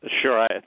Sure